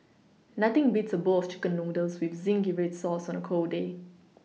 nothing beats a bowl chicken noodles with zingy red sauce on a cold day